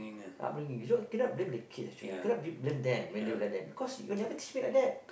upbringing you know cannot blame the kids actually cannot be blame them when they were like that because you never teach them like that